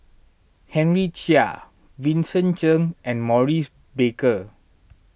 Henry Chia Vincent Cheng and Maurice Baker